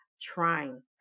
trying